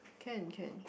can can